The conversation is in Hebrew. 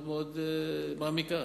מאוד מעמיקה.